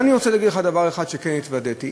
ואני רוצה להגיד לך דבר אחד שאליו התוודעתי,